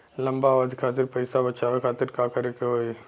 लंबा अवधि खातिर पैसा बचावे खातिर का करे के होयी?